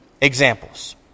examples